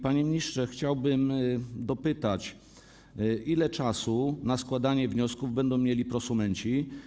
Panie ministrze, chciałbym dopytać: Ile czasu na składanie wniosków będą mieli prosumenci?